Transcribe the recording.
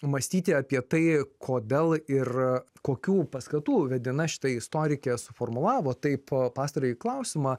mąstyti apie tai kodėl ir kokių paskatų vedina šita istorikė suformulavo taip pastarąjį klausimą